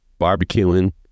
barbecuing